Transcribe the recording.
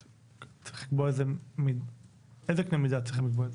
איזה קנה מידה צריכים לקבוע?